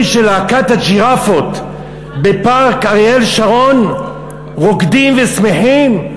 שלהקת "הג'ירפות" בפארק אריאל שרון רוקדים ושמחים,